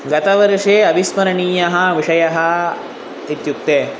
गतवर्षे अविस्मरणीयः विषयः इत्युक्ते